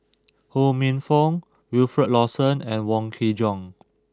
Ho Minfong Wilfed Lawson and Wong Kin Jong